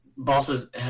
Bosses